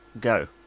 go